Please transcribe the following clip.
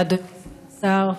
כבוד סגן השר,